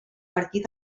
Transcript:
partir